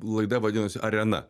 laida vadinosi arena